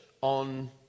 on